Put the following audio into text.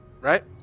right